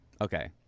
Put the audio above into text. Okay